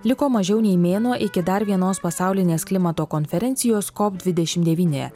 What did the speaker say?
liko mažiau nei mėnuo iki dar vienos pasaulinės klimato konferencijos kop dvidešim devyni